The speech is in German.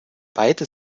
beide